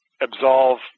absolve